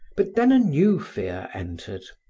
but then a new fear entered.